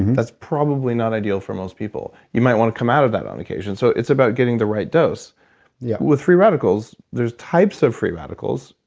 that's probably not ideal for most people. you might want to come out of that on occasion. so, it's about getting the right dose yeah with free radicals, there's types of free radicals.